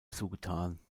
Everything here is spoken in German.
zugetan